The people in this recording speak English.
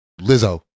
Lizzo